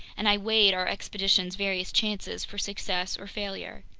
and i weighed our expedition's various chances for success or failure.